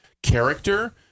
character